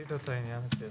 מיצית את העניין היטב.